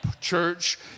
church